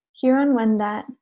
Huron-Wendat